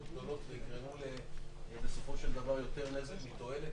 גדולות ויגרמו בסופו של דבר יותר נזק מתועלת.